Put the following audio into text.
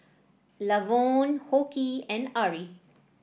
Lavonne Hoke and Ari